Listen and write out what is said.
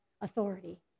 Authority